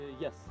Yes